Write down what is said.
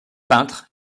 peintres